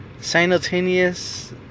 simultaneous